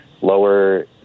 lower